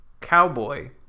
Cowboy